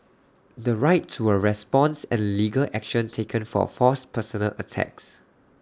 the right to A response and legal action taken for false personal attacks